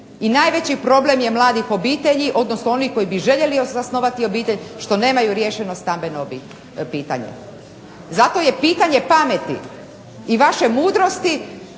i najveći problem mladih obitelji odnosno oni koji bi željeli osnovati obitelj što nemaju riješeno stambeno pitanje. Zato je pitanje pameti i vaše mudrosti